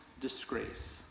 disgrace